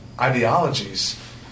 ideologies